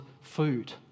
food